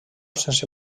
sense